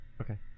Okay